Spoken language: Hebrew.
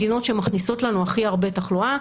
מדינות שמכניסות לנו הכי הרבה תחלואה.